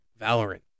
Valorant